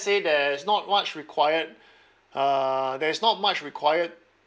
say there's not much required uh there's not much required